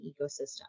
ecosystem